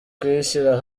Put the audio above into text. kuyishyira